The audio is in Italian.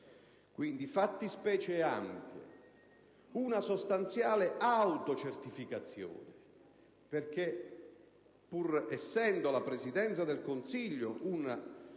sono fattispecie ampie ed una sostanziale autocertificazione, perché, pur essendo la Presidenza del Consiglio